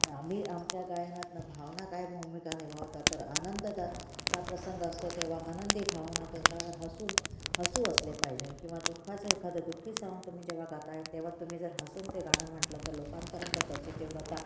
आम्ही आमच्या गायनातनं भावना काय भूमिका निभावता तर आनंदाचा प्रसंग असतो तेव्हा आनंदी भावना तोंडावर हसून हसू असले पाहिजेल किंवा दुःखाचं एखादं दुःखी साँग तुम्ही जेव्हा गात आहे तेव्हा तुम्ही जर हसून ते गाणं म्हटलं तर लोकांपर्यंत त्याची तीव्रता